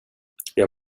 jag